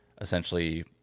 essentially